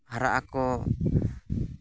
ᱦᱟᱨᱟᱜ ᱟᱠᱚ